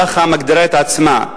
כך מגדירה את עצמה,